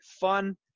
fun